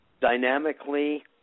dynamically